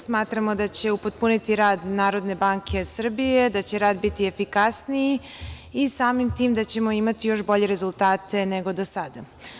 Smatramo da će upotpuniti rad NBS, da će rad biti efikasniji i samim tim da ćemo imati još bolje rezultate nego do sada.